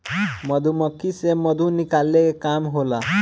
मधुमक्खी से मधु निकाले के काम होला